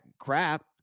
crap